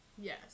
Yes